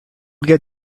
will